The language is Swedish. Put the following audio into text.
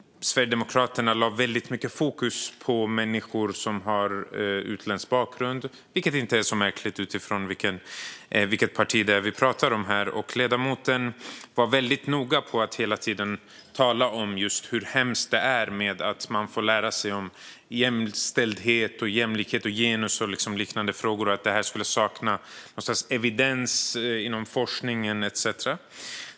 Sverigedemokraterna lade väldigt mycket fokus på människor med utländsk bakgrund, vilket inte är så märkligt med tanke på vilket parti vi pratar om. Ledamoten var väldigt noga med att hela tiden tala om hur hemskt det är att man får lära sig om jämställdhet, jämlikhet, genus och liknande frågor och om att detta skulle sakna evidens inom forskningen etcetera.